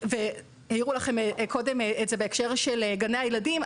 העירו לכם את זה קודם בהקשר של גני הילדים,